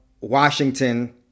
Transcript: Washington